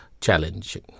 challenging